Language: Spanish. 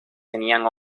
tenían